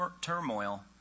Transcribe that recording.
turmoil